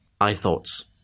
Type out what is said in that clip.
iThoughts